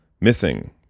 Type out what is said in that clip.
missing